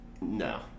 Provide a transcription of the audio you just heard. No